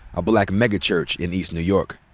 a black megachurch in east new york.